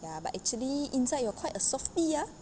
ya but actually inside you're quite a softy ah